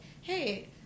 Hey